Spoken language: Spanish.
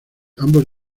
ambos